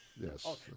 Yes